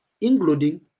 including